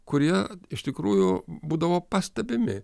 kurie iš tikrųjų būdavo pastebimi